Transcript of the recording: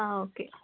ആ ഓക്കെ